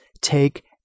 take